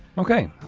okay.